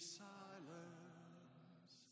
silence